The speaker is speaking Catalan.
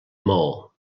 maó